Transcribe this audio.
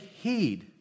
heed